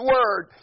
Word